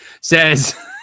says